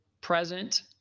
Present